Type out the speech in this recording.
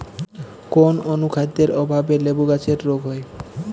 কোন অনুখাদ্যের অভাবে লেবু গাছের রোগ হয়?